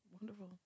Wonderful